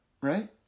right